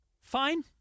Fine